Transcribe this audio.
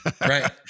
Right